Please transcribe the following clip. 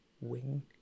Wing